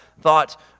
thought